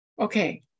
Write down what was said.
Okay